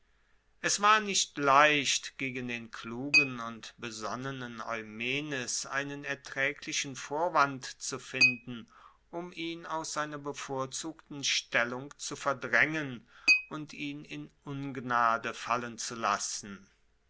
es war nicht leicht gegen den klugen und besonnenen eumenes einen ertraeglichen vorwand zu finden um ihn aus seiner bevorzugten stellung zu verdraengen und ihn in ungnade fallen zu lassen